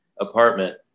apartment